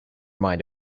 mind